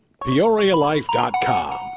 PeoriaLife.com